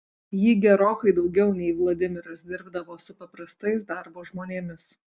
ji gerokai daugiau nei vladimiras dirbdavo su paprastais darbo žmonėmis